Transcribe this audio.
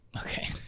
okay